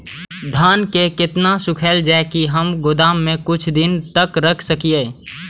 धान के केतना सुखायल जाय की हम गोदाम में कुछ दिन तक रख सकिए?